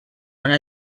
known